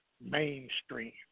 mainstream